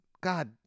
God